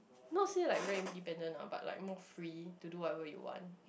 not say like very independent ah but like more free to do whatever you want